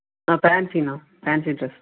அண்ணா ஃபேன்ஸிண்ணா fancy dress